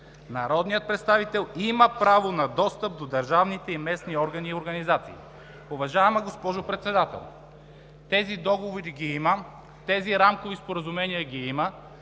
Народният представител има право на достъп до държавните и местните органи и организации.“ Уважаема госпожо Председател, тези договори ги има, тези рамкови споразумения ги има